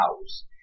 house